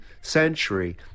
century